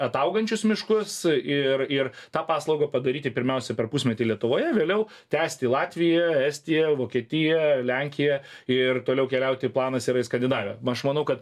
ataugančius miškus ir ir tą paslaugą padaryti pirmiausia per pusmetį lietuvoje vėliau tęsti latvijoje estijoje vokietijoje lenkijoje ir toliau keliauti planas yra į skandinaviją aš manau kad